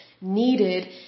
needed